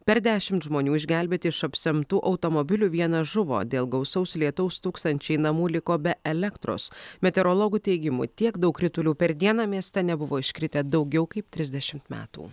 per dešimt žmonių išgelbėti iš apsemtų automobilių vienas žuvo dėl gausaus lietaus tūkstančiai namų liko be elektros meteorologų teigimu tiek daug kritulių per dieną mieste nebuvo iškritę daugiau kaip trisdešimt metų